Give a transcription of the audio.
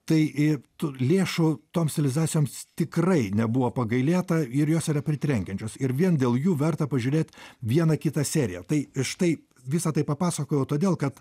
tai tų lėšų tom stilizacijom tikrai nebuvo pagailėta ir jos yra pritrenkiančios ir vien dėl jų verta pažiūrėt vieną kitą seriją tai štai visa tai papasakojau todėl kad